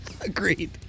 Agreed